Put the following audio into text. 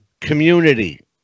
community